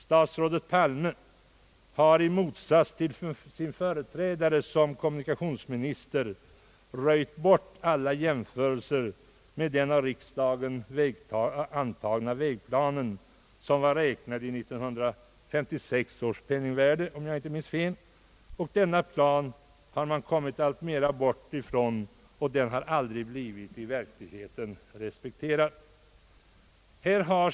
Statsrådet Palme har i motsats till sin företrädare i ämbetet röjt bort alla jämförelser med den av riksdagen antagna vägplanen, som var beräknad efter 1956 års penningvärde — en plan som man i verkligheten kommit allt längre bort ifrån och som aldrig blivit riktigt respekterad.